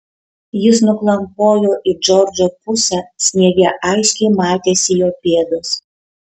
jis nuklampojo į džordžo pusę sniege aiškiai matėsi jo pėdos